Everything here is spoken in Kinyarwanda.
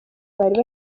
bari